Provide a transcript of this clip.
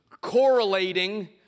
correlating